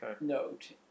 note